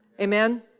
Amen